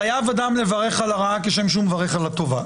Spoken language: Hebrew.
חייב אדם לברך על הטובה כשם שהוא מברך על הרעה.